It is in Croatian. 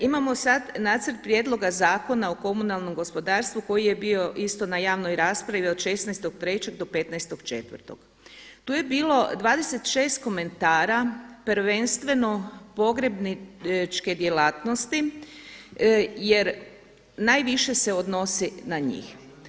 Imamo sad nacrt Prijedloga zakona o komunalnom gospodarstvu koji je bio isto na javnoj raspravi od 16.3. do 15.4. tu je bilo 26 komentara prvenstveno pogrebničke djelatnosti jer najviše se odnosi na njih.